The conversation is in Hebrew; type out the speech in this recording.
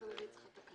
התקנות.